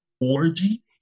orgy